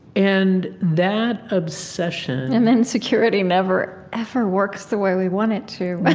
and that obsession, and then security never ever works the way we want it to. i